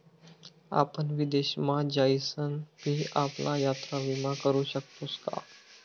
आपण विदेश मा जाईसन भी आपला यात्रा विमा करू शकतोस का?